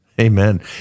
amen